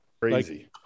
Crazy